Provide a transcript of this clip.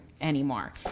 anymore